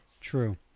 true